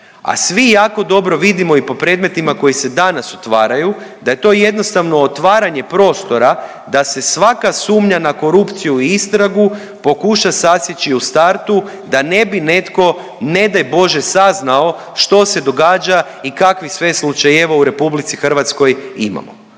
A svi jako dobro vidimo i po predmetima koji se danas otvaraju da je to jednostavno otvaranje prostora da se svaka sumnja na korupciju i istragu pokuša sasjeći u startu da ne bi netko ne daj bože saznao što se događa i kakvih sve slučajeva u Republici Hrvatskoj imamo.